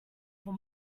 for